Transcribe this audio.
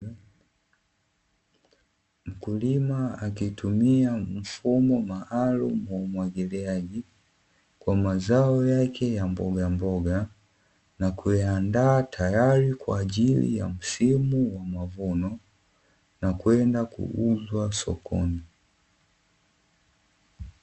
Mkulima akitumia mfumo maalumu wa umwagiliaji, kwa mazao yake ya mbogamboga na kuyandaa tayari kwa ajili ya msimu wa mavuno na kwenda kuuzwa sokoni.